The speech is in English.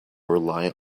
rely